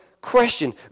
question